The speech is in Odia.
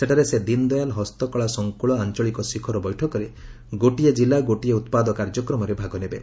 ସେଠାରେ ସେ ଦୀନ୍ଦୟାଲ୍ ହସ୍ତକଳା ସଂକୁଳ ଆଞ୍ଚଳିକ ଶିଖର ବୈଠକରେ ଗୋଟିଏ ଜିଲ୍ଲା ଗୋଟିଏ ଉତ୍ପାଦ କାର୍ଯ୍ୟକ୍ରମରେ ଭାଗ ନେବେ